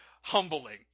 humbling